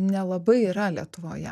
nelabai yra lietuvoje